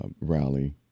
rally